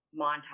montage